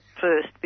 first